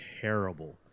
terrible